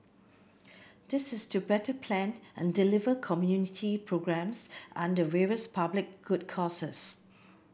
this is to better plan and deliver community programmes and the various public good causes